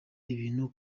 ibintu